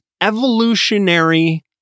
evolutionary